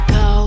go